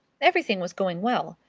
everything was going well.